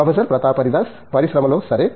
professor Pratap Haridas పరిశ్రమలో సరే